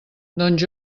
doncs